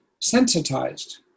sensitized